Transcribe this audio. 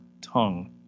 tongue